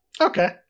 Okay